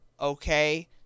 okay